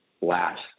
last